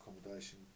accommodation